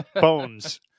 bones